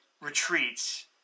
retreats